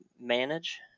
manage